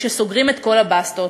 כשסוגרים את כל הבסטות,